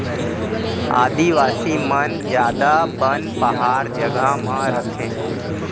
आदिवासी मन जादा बन पहार जघा म रथें